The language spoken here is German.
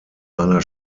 einer